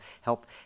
help